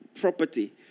property